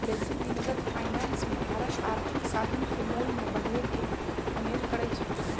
बेशी दिनगत फाइनेंस मे भारत आर्थिक साधन के मोल में बढ़े के उम्मेद करइ छइ